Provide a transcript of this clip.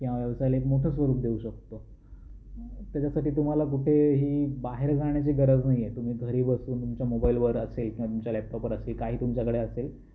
या व्यवसायाला एक मोठं स्वरूप देऊ शकतो त्याच्यासाठी तुम्हाला कुठेही बाहेर जाण्याची गरज नाही आहे तुम्ही घरी बसून तुमच्या मोबाईलवर असेल किंवा तुमच्या लॅपटॉपवर असे काही तुमच्याकडे असेल